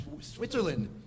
switzerland